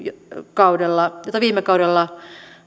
kaudella viime kaudella